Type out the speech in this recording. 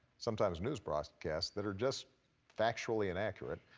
sometimes news broadcasts that are just factually inaccurate,